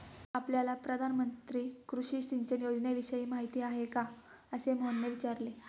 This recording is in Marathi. आपल्याला प्रधानमंत्री कृषी सिंचन योजनेविषयी माहिती आहे का? असे मोहनने विचारले